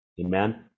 amen